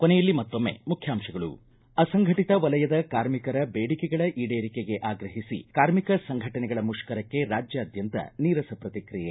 ಕೊನೆಯಲ್ಲಿ ಮತ್ತೊಮ್ಮೆ ಮುಖ್ಯಾಂತಗಳು ಅಸಂಘಟಿತ ವಲಯದ ಕಾರ್ಮಿಕರ ಬೇಡಿಕೆಗಳ ಈಡೇರಿಕೆಗೆ ಆಗ್ರಹಿಸಿ ಕಾರ್ಮಿಕ ಸಂಘಟನೆಗಳ ಮುಷ್ಕರಕ್ಕೆ ರಾಜ್ಯಾದ್ಯಂತ ನೀರಸ ಪ್ರತಿಕ್ರಿಯೆ